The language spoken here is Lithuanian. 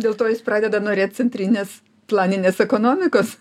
dėl to jis pradeda norėt centrinės planinės ekonomikos